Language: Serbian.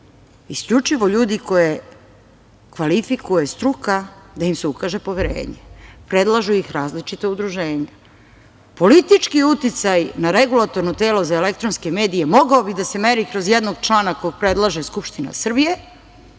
isključivo ljudi koje kvalifikuje struka da im se ukaže poverenje. Predlažu ih različita udruženja. Politički uticaj na Regulatorno telo za elektronske medije mogao bi da se meri kroz jednog člana kojeg predlaže Skupština Srbije